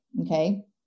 Okay